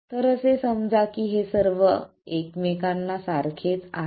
तर असे समजा की हे सर्व एकमेकांना सारखेच आहेत